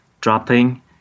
dropping